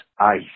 Ice